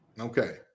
okay